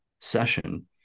session